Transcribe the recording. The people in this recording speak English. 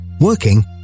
working